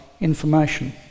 information